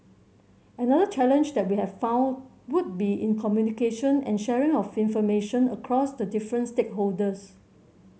another challenge that we have found would be in communication and sharing of information across the different stakeholders